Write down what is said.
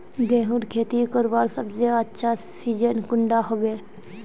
गेहूँर खेती करवार सबसे अच्छा सिजिन कुंडा होबे?